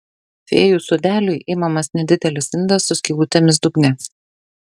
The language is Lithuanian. fėjų sodeliui imamas nedidelis indas su skylutėmis dugne